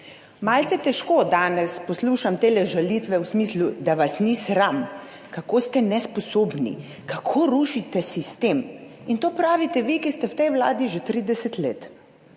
Malce težko danes poslušam te žalitve v smislu, da vas ni sram, kako ste nesposobni, kako rušite sistem. In to pravite vi, ki ste v tej vladi že 30 let